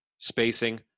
Spacing